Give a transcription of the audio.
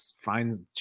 find